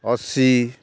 ଅଶୀ